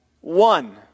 one